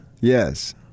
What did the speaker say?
Yes